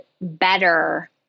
better